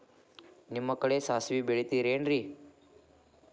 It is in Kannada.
ನಿಮ್ಮ ಕಡೆ ಸಾಸ್ವಿ ಬೆಳಿತಿರೆನ್ರಿ?